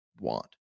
want